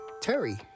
terry